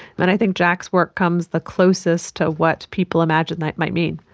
but i think jack's work comes the closest to what people imagine that might mean.